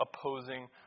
opposing